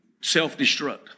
self-destruct